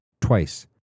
twice